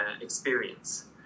experience